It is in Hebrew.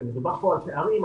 מדובר פה על פערים,